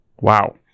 Wow